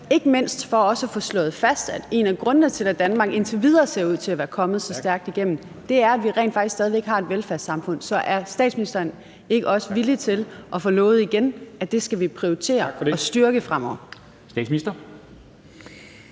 ikke mindst for også at få slået fast, at en af grundene til, at Danmark indtil videre ser ud til at være kommet så stærkt igennem, er, at vi rent faktisk stadig væk har et velfærdssamfund. Så er statsministeren ikke også villig til at love igen, at det skal vi prioritere og styrke fremover?